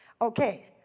Okay